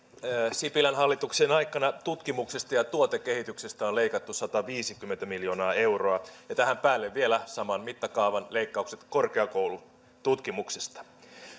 sipilän hallituksen aikana tutkimuksesta ja tuotekehityksestä on leikattu sataviisikymmentä miljoonaa euroa ja tähän päälle vielä saman mittakaavan leikkaukset korkeakoulututkimuksesta